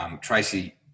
Tracy